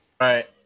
right